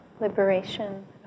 liberation